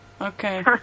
Okay